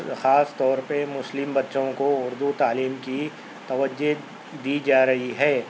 خاص طور پہ مسلم بچوں کو اردو تعلیم کی توجہ دی جا رہی ہے